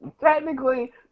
technically